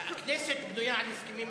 הכנסת בנויה על הסכמים,